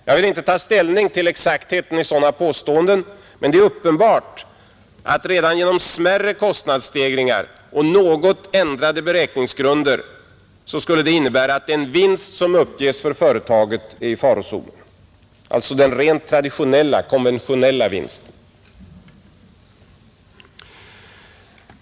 Jag har inte tagit ställning till exaktheten i sådana påståenden, men det är uppenbart att redan smärre kostnadsstegringar och något ändrade beräkningsgrunder skulle innebära att den vinst som uppges för företaget är i farozonen. Detta gäller den rent konventionella vinsten.